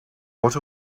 what